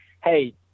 Hey